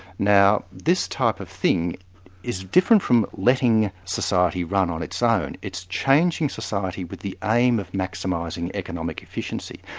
now this type of thing is different from letting society run on its own. it's changing society with the aim of maximising economic efficiency,